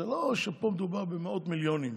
זה לא שמדובר פה במאות מיליונים.